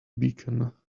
beacon